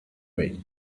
way